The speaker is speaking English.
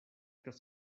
this